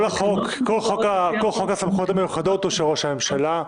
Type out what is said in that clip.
חוק הסמכויות המיוחדות הוא של ראש הממשלה.